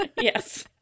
Yes